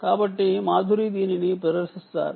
కాబట్టి మాధురి దీనిని ప్రదర్శిస్తారు